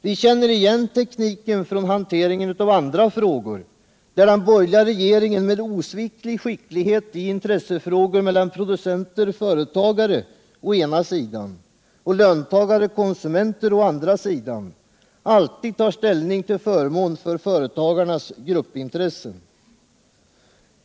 Vi känner igen tekniken från hanteringen av andra frågor, där den borgerliga regeringen med osviklig skicklighet i intressefrågor mellan producenter-företagare å ena sidan och löntagare-konsumenter å andra sidan alltid tar ställning till förmån för företagarnas gruppintressen.